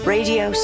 Radio